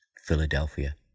philadelphia